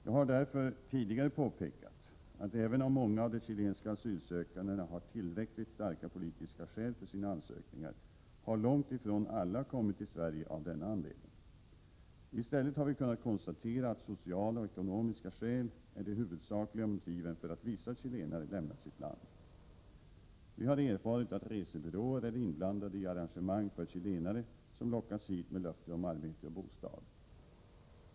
Jag har därför tidigare påpekat, att även om många av de chilenska asylsökande har tillräckligt starka politiska skäl för sina ansökningar, har långt ifrån alla kommit till Sverige av denna anledning. I stället har vi kunnat konstatera att sociala och ekonomiska skäl är de huvudsakliga motiven för att vissa chilenare lämnat sitt hemland. Vi har erfarit att resebyråer är inblandade i arrangemang för chilenare, som lockas hit med löfte om arbete och bostad.